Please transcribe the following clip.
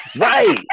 right